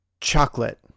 Chocolate